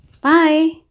bye